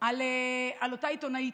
על אותה עיתונאית,